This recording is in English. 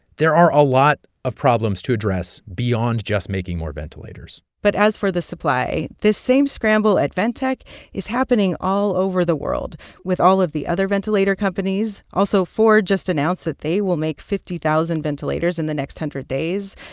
there are a lot of problems to address beyond just making more ventilators but as for the supply, this same scramble at ventec is happening all over the world with all of the other ventilator companies. also, ford just announced that they will make fifty thousand ventilators in the next hundred days.